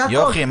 זה הכול,